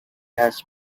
has